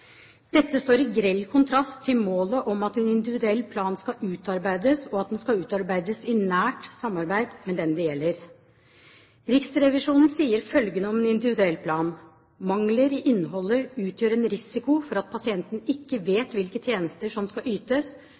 Dette står i grell kontrast til målet om at en individuell plan skal utarbeides, og at den skal utarbeides i nært samarbeid med den det gjelder. Riksrevisjonen sier følgende om individuell plan: «Mangler i innholdet utgjør en risiko for at pasienten ikke vet hvilke tjenester som skal ytes,